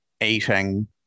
eating